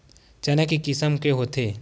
चना के किसम के होथे?